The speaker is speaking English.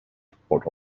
support